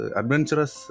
adventurous